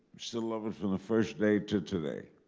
still love it from the first day to today.